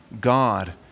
God